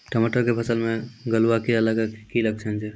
टमाटर के फसल मे गलुआ कीड़ा लगे के की लक्छण छै